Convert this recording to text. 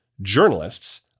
journalists